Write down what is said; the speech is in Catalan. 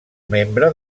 membre